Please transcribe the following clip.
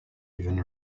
even